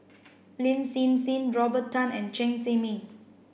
Lin Hsin Hsin Robert Tan and Chen Zhiming